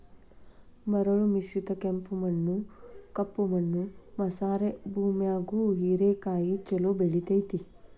ಮರಳು ಮಿಶ್ರಿತ ಕೆಂಪು ಮಣ್ಣ, ಕಪ್ಪು ಮಣ್ಣು ಮಸಾರೆ ಭೂಮ್ಯಾಗು ಹೇರೆಕಾಯಿ ಚೊಲೋ ಬೆಳೆತೇತಿ